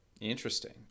Interesting